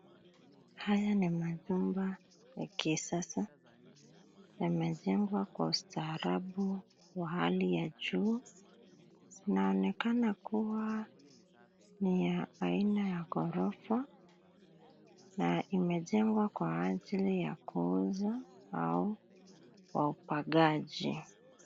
Haya ni manyumba ya kisasa yamejengwa kwa ustaarabu wa hali ya juu. Yanaonekana kuwa ni ya aina ya ghorofa na imejengwa kwa ajili ya kuuza au kwa upangaji.